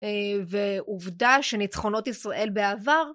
ועובדה שניצחונות ישראל בעבר.